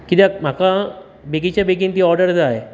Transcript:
कित्याक म्हाका बेगीच्या बेगीन ती ऑडर जाय